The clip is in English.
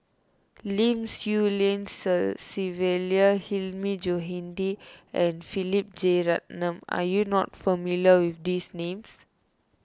Lim Swee Lian Sylvia Hilmi Johandi and Philip Jeyaretnam are you not familiar with these names